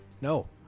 No